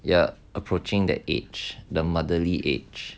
you are approaching the age the motherly age